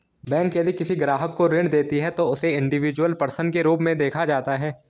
bank यदि किसी ग्राहक को ऋण देती है तो उसे इंडिविजुअल पर्सन के रूप में देखा जाता है